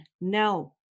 no